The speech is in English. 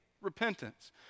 Repentance